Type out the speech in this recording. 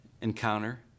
encounter